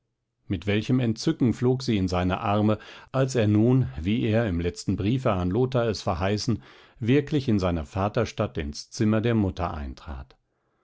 mit welchem entzücken flog sie in seine arme als er nun wie er im letzten briefe an lothar es verheißen wirklich in seiner vaterstadt ins zimmer der mutter eintrat